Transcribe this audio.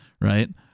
right